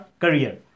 career